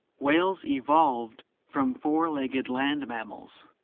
whales evolved from four legged land mammals,